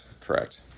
Correct